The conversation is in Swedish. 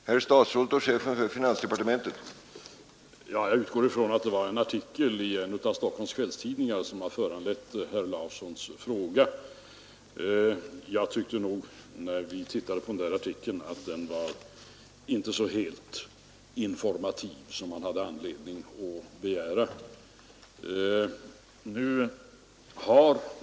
Herr talman! Jag utgår från att det är en artikel i en av Stockholms kvällstidningar som har föranlett herr Larsson i Umeå att ställa sin fråga. När jag läste den artikeln tyckte jag nog att den inte var så informativ som man kunde ha anledning att begära.